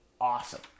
awesome